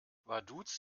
vaduz